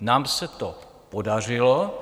Nám se to podařilo.